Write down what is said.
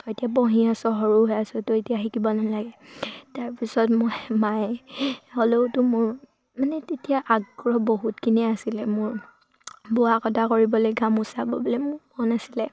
তই এতিয়া পঢ়ি আছোঁ সৰু হৈ আছ ত' এতিয়া শিকিব নালাগে তাৰপিছত মই মায়ে হ'লেওতো মোৰ মানে তেতিয়া আগ্ৰহ বহুতখিনিয়ে আছিলে মোৰ বোৱা কটা কৰিবলৈ গামোচা ব'বলৈ মোৰ মন আছিলে